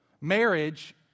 Marriage